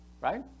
Right